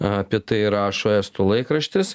apie tai rašo estų laikraštis